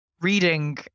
reading